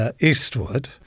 Eastward